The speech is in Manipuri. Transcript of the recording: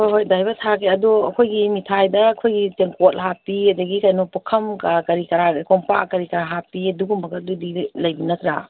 ꯍꯣꯏ ꯍꯣꯏ ꯗꯥꯏꯚꯔ ꯊꯥꯔꯛꯀꯦ ꯑꯗꯣ ꯑꯩꯈꯣꯏꯒꯤ ꯃꯤꯊꯥꯏꯗ ꯑꯩꯈꯣꯏꯒꯤ ꯇꯦꯡꯀꯣꯠ ꯍꯥꯞꯄꯤ ꯑꯗꯒꯤ ꯀꯩꯅꯣ ꯄꯨꯈꯝꯒ ꯀꯔꯤ ꯀꯔꯥ ꯀꯣꯝꯄꯥꯛ ꯀꯔꯤ ꯀꯔꯥ ꯍꯥꯞꯄꯤ ꯑꯗꯨꯒꯨꯝꯕꯒꯥꯗꯨꯗꯤ ꯂꯩꯕ ꯅꯠꯇ꯭ꯔꯥ